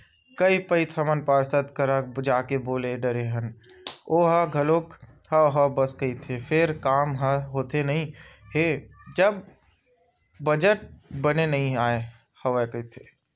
कई पइत हमन पार्षद करा जाके बोल डरे हन ओहा घलो हव हव बस कहिथे फेर काम ह होथे नइ हे बजट बने नइ आय हवय कहिथे